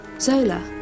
Zola